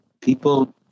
people